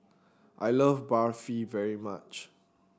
I love Barfi very much